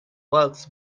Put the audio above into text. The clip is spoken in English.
bugs